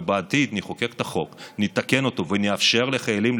ובעתיד נחוקק ונתקן את החוק,